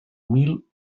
mil